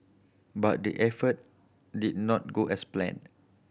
but the effort did not go as planned